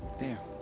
there.